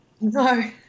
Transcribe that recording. No